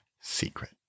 secret